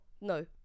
No